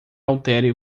altere